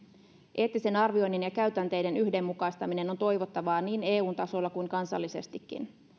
eettisen arvioinnin ja käytänteiden yhdenmukaistaminen on toivottavaa niin eun tasolla kuin kansallisestikin